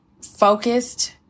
focused